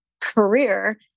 career